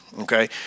Okay